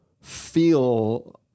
feel